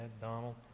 Donald